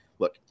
Look